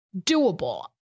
doable